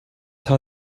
tell